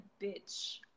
bitch